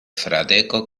fradeko